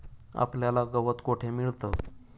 आपल्याला गवत कुठे मिळतं?